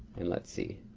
and let's see.